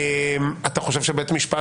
אתה חושב שבית משפט